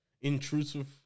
intrusive